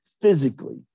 physically